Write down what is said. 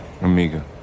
Amiga